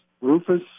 Rufus